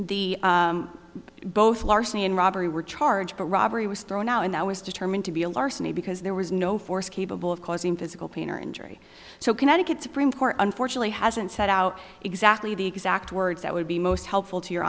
the both larceny and robbery were charged the robbery was thrown out and that was determined to be a larceny because there was no force capable of causing physical pain or injury so connecticut supreme court unfortunately hasn't set out exactly the exact words that would be most helpful to your